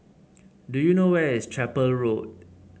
do you know where is Chapel Road